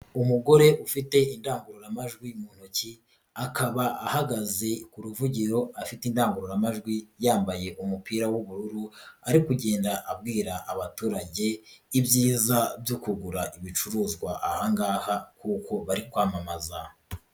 Umugore ufite indangururamajwi mu ntoki, akaba ahagaze ku ruvugiroriro afite indangururamajwi yambaye umupira w'ubururu, ari kugenda abwira abaturage ibyiza byo kugura ibicuruzwa ahangaha kuko bari kwamamaza.